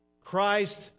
Christ